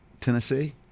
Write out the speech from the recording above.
Tennessee